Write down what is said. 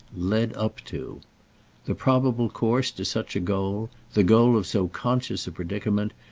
led up to the probable course to such a goal, the goal of so conscious a predicament,